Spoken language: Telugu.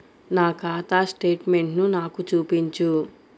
నా ఖాతా స్టేట్మెంట్ను నాకు చూపించు